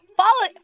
follow